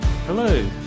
Hello